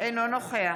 אינו נוכח